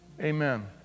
Amen